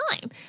time